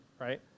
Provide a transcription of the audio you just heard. right